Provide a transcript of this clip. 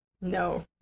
No